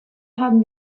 haben